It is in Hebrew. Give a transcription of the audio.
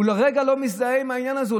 הוא לרגע לא מזדהה עם העניין הזה,